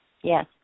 Yes